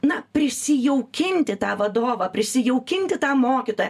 na prisijaukinti tą vadovą prisijaukinti tą mokytoją